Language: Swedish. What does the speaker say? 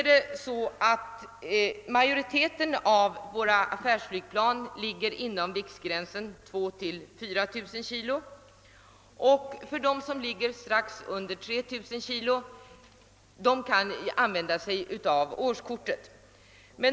De flesta av våra affärsflygplan väger mellan 2000 och 4000 kilo och de som ej väger mer än 3 000 kilo kan använda sig av årskortet.